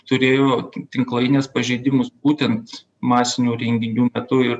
turėjo tinklainės pažeidimus būtent masinių renginių metu ir